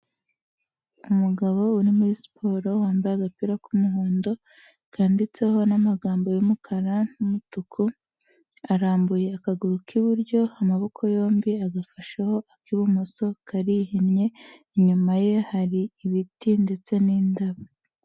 Umugabo uri muri siporo wambaye agapira k'umuhondo kanditseho n'amagambo y'umukara n'umutuku, arambuye akaguru k'iburyo amaboko yombi agafasheho ak'ibumoso karihinnye, inyuma ye hari ibiti ndetse n'indabo.